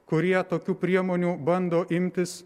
kurie tokių priemonių bando imtis